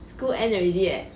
school end already leh